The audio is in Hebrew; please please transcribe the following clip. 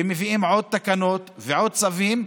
ומביאים עוד תקנות ועוד צווים.